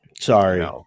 Sorry